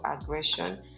aggression